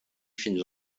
fins